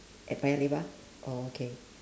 at paya-lebar okay